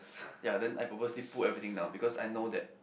ya then I purposely put everything down because I know that